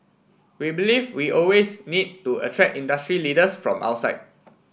we believe we always need to attract industry leaders from outside